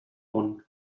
món